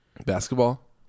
Basketball